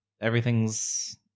everything's